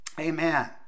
Amen